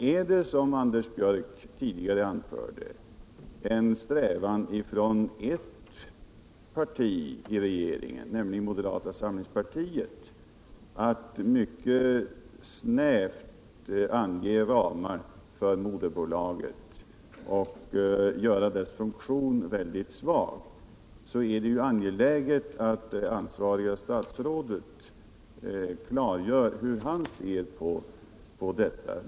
Är det, som Anders Björck tidigare anförde, en strävan från hans parti i regeringen, moderata samlingspartiet, att snävt ange ramar för moderbolaget och göra dess funktion mycket svag. så är det angeliget att det ansvariga statsrådet klargör hur han ser på detta.